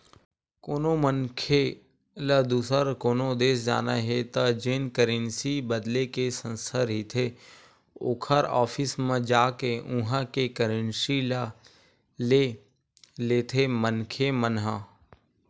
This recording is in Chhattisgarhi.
कोनो मनखे ल दुसर कोनो देस जाना हे त जेन करेंसी बदले के संस्था रहिथे ओखर ऑफिस म जाके उहाँ के करेंसी ल ले लेथे मनखे मन ह